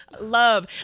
Love